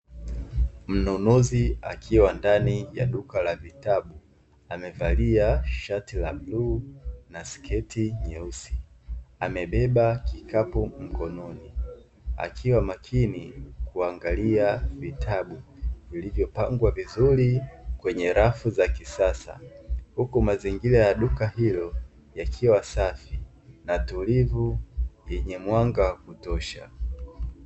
Mnunuzi akiwa ndani ya duka la vitabu, amevalia shati la bluu na sketi nyeusi, amebeba kikapu mkononi akiwa makini kuangalia vitabu vilivyopangwa vizuri kwenye rafu za kisasa, huku mazingira ya duka hilo yakiwa safi na tulivu, yenye mwanga wa kutosha.